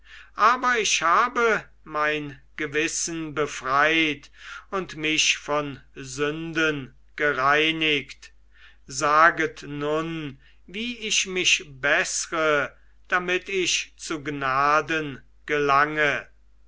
aber ich habe mein gewissen befreit und mich von sünden gereinigt saget nun wie ich mich beßre damit ich zu gnaden gelänge